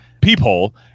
peephole